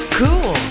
cool